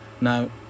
now